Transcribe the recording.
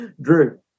Drew